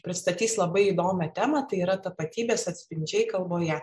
pristatys labai įdomią temą tai yra tapatybės atspindžiai kalboje